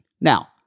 Now